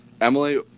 Emily